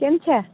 કેમ છે